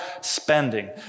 spending